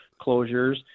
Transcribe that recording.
closures